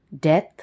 death